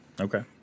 Okay